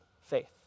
faith